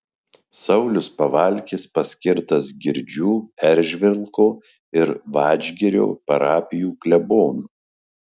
saulius pavalkis paskirtas girdžių eržvilko ir vadžgirio parapijų klebonu